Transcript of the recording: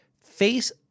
face